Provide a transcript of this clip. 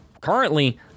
Currently